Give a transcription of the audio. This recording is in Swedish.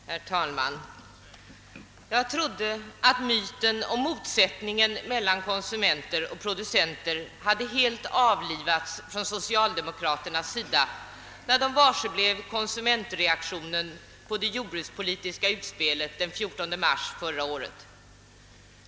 Herr talman! Jag trodde att myten om motsättningen mellan konsumenter och producenter helt hade avlivats av socialdemokraterna när de varseblev konsumentreaktionen på det jordbrukspolitiska utspelet den 14 mars förra året.